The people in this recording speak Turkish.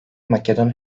makedon